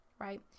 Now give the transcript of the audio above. Right